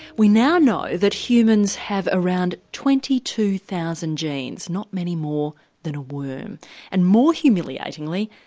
we now know that humans have around twenty two thousand genes not many more than a worm and, more humiliatingly,